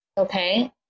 Okay